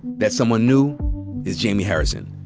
that someone new is jaime harrison.